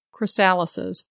chrysalises